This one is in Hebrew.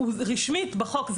רשמית בחוק,